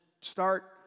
start